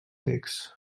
text